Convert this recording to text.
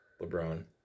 LeBron